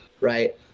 right